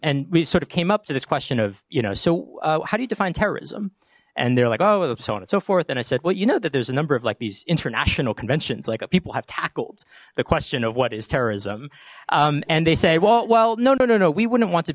and we sort of came up to this question of you know so how do you define terrorism and they're like oh oh on and so forth and i said well you know that there's a number of like these international conventions like people have tackled the question of what is terrorism and they say well well no no no we wouldn't want to